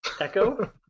echo